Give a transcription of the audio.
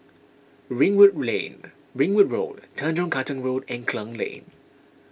Ringwood Lane Ringwood Road Tanjong Katong Road and Klang Lane